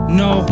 no